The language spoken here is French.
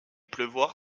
pleuvoir